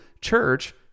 church